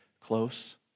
close